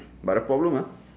but the problem !huh!